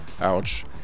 ouch